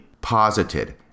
posited